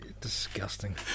disgusting